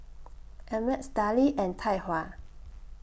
Ameltz Darlie and Tai Hua